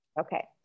Okay